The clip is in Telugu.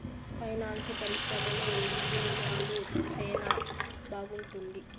పైనాన్సు పరిశ్రమలో ఉద్యోగాలు సెనా బాగుంటుంది